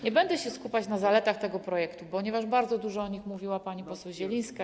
Nie będę się skupiać na zaletach tego projektu, ponieważ bardzo dużo o nich mówiła pani poseł Zielińska.